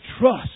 trust